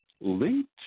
linked